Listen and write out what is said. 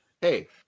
hey